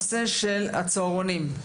נושא הצהרונים,